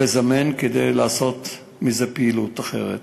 לזמן, כדי לעשות מזה פעילות אחרת.